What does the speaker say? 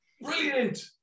Brilliant